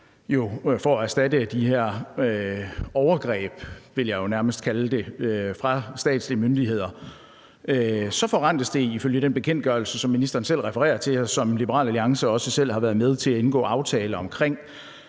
jo nærmest vil kalde det, fra statslige myndigheders side, ifølge den bekendtgørelse, som ministeren selv refererer til, og som Liberal Alliance også selv har været med til at indgå en aftale omkring.